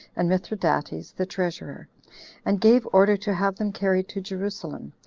and mithridates the treasurer and gave order to have them carried to jerusalem,